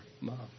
mom